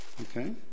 Okay